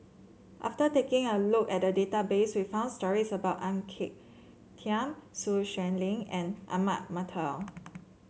after taking a look at the database we found stories about Ang Peng Tiam Sun Xueling and Ahmad Mattar